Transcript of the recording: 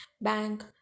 bank